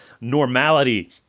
normality